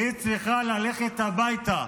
והיא צריכה ללכת הביתה,